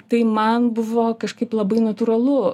tai man buvo kažkaip labai natūralu